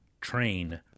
train